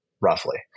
roughly